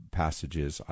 passages